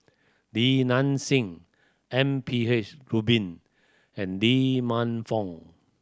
Li Nanxing M P H Rubin and Lee Man Fong